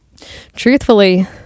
Truthfully